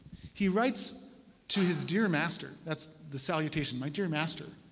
he writes to his dear master that's the salutation, my dear master.